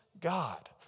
God